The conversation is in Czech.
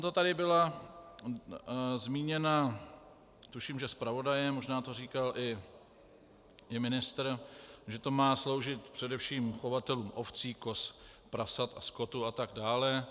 Bylo tady zmíněno tuším zpravodajem, možná to říkal i ministr, že to má sloužit především chovatelům ovcí, koz, prasat, skotu a tak dále.